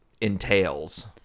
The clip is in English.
entails